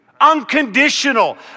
Unconditional